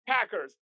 Packers